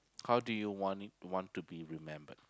how do you want it want to be remembered